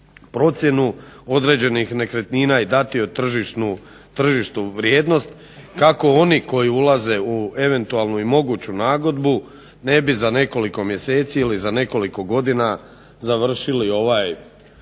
procjenu određenih nekretnina i dati još tržišnu vrijednost kako oni koji ulaze u eventualnu i moguću nagodbu ne bi za nekoliko mjeseci ili nekoliko godina završili ovaj